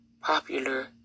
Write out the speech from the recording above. popular